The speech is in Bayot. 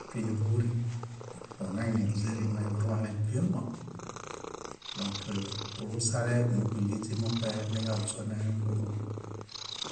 épiniḃuuri, onainiźirin meḃuruãle bíama. Dõk bulusale níḃuɭiźi muṗe niġaźone buruõ.